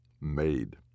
Made